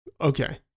Okay